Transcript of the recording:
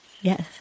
yes